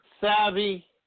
savvy